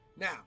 Now